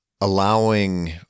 allowing